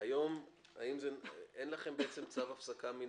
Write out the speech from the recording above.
אם אחרי השימוע אין הסכמה בין